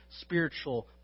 spiritual